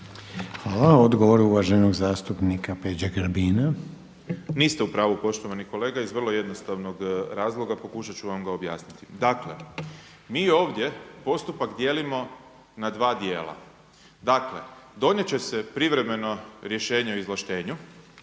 lijepa. Odgovor uvaženog zastupnik Peđe Grbina. **Grbin, Peđa (SDP)** Niste u pravu poštovani kolega iz vrlo jednostavnog razloga, pokušat ću vam ga objasniti. Dakle, mi ovdje postupak dijelimo na dva dijela, dakle donijet će se privremeno rješenje o izvlaštenju,